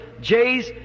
Jay's